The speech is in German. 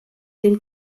den